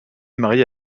mariée